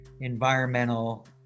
environmental